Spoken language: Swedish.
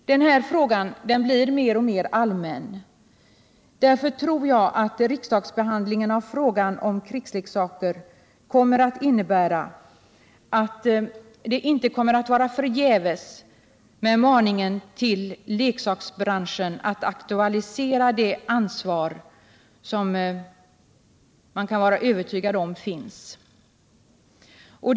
Den här frågan blir mer och mer allmän. Därför tror jag att riksdagsbehandlingen av frågan om krigsleksaker innebär att maningen till leksaksbranschen att aktualisera det ansvar som man kan vara övertygad om finns inte görs förgäves.